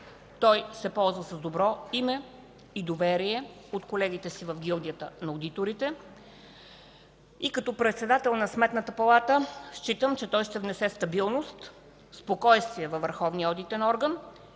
Той се ползва с добро име и доверие от колегите си в гилдията на одиторите. Като председател на Сметната палата считам, че той ще внесе стабилност, спокойствие във върховния одитен орган.